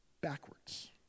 backwards